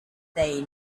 they